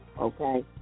Okay